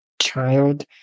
child